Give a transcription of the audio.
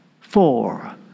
four